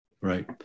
Right